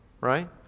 Right